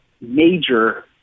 major